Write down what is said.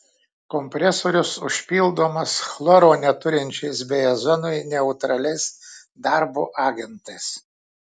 kompresorius užpildomas chloro neturinčiais bei ozonui neutraliais darbo agentais